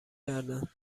کردند